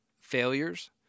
failures